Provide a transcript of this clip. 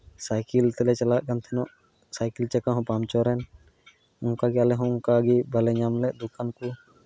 cycle ᱛᱮᱞᱮ ᱪᱟᱞᱟᱜ ᱠᱟᱱ ᱛᱟᱦᱮᱱᱚᱜ ᱥᱟᱭᱠᱮᱞ ᱪᱟᱠᱟ ᱦᱚᱸ ᱯᱟᱢᱪᱟᱨ ᱮᱱ ᱚᱱᱠᱟ ᱜᱮ ᱟᱞᱮ ᱦᱚᱸ ᱚᱱᱠᱟ ᱜᱮ ᱵᱟᱞᱮ ᱧᱟᱢ ᱞᱮᱜ ᱫᱚᱠᱟᱱ ᱠᱚ